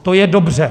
To je dobře.